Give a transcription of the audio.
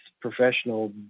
professional